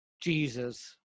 Jesus